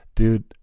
Dude